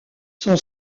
son